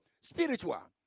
Spiritual